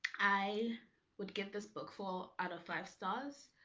i would give this book four out of five stars.